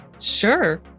Sure